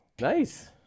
Nice